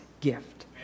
gift